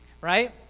right